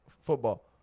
football